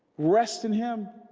rest in him